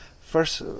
first